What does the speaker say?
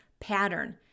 pattern